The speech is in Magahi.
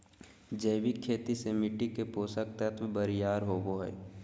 जैविक खेती से मिट्टी के पोषक तत्व बरियार होवो हय